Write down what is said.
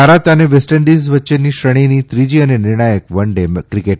ભારત અને વેસ્ટઇન્ડિઝ વચ્ચેની શ્રેણીની ત્રીજી અને નિર્ણાયક વન ડે ક્રિકેટ